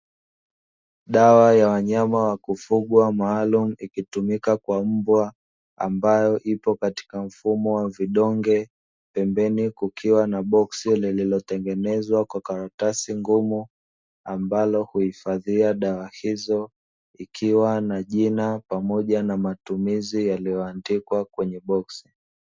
Dawa ya wanyama wa kufugwa maalumu ikitumika kwa mbwa ambayo ipo katika mfumo wa vidonge, pembeni kukiwa na boksi lililotengenezwa kwa karatasi ngumu ambalo huhifadhia dawa hizo, ikiwa na jina pamoja na matumizi yaliyoandikwa kwenye boksi.